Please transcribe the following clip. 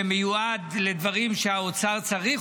שמיועד לדברים שהאוצר צריך,